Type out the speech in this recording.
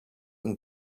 and